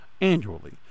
annually